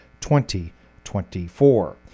2024